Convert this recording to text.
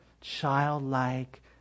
childlike